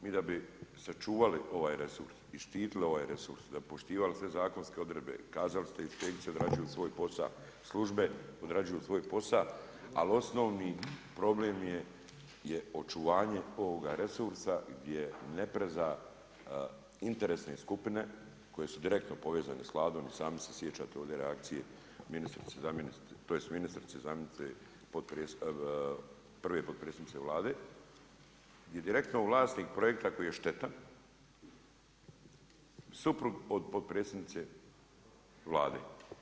Mi da bi sačuvali ovaj resurs i štitili ovaj resurs da bi poštivali sve zakonske odredbe i kazali ste inspekcije odrađuju svoj posao, službe odrađuju svoj posao ali osnovni problem je očuvanje ovoga resursa gdje ne preza interesne skupine koje su direktno povezane s Vladom i sami se sjećate ovdje reakcije ministrice zamjenice tj. prve potpredsjednice Vlade i direktno vlasnik projekta koji je štetan, suprug od potpredsjednice Vlade.